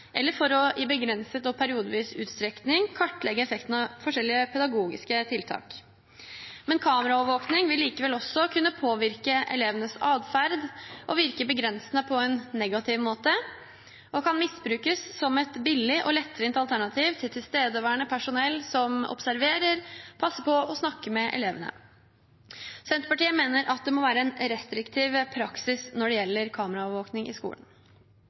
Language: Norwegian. eller hærverk, eller ved i en begrenset eller periodevis utstrekning kartlegge effekten av forskjellige pedagogiske tiltak. Kameraovervåking vil likevel kunne påvirke elevenes atferd og virke begrensende på en negativ måte, og kan misbrukes som et billig og lettvint alternativ til tilstedeværende personell som observerer, passer på og snakker med elevene. Senterpartiet mener at det må være en restriktiv praksis når det gjelder kameraovervåking i skolen.